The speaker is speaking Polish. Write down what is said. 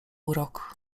urok